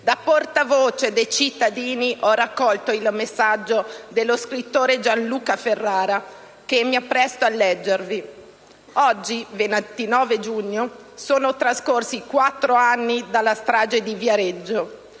Da portavoce dei cittadini, ho raccolto il messaggio dello scrittore Gianluca Ferrara, che mi appresto a leggervi: «Oggi, 29 giugno, sono trascorsi quattro anni dalla strage di Viareggio.